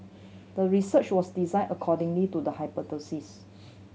the research was designed accordingly to the hypothesis